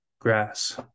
grass